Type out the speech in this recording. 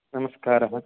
नमस्कारः